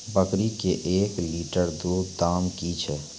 बकरी के एक लिटर दूध दाम कि छ?